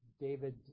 David